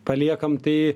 paliekam tai